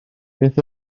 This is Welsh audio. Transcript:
beth